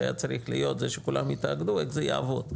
שהיה צריך להיות ושכולם יתאגדו איך זה יעבור,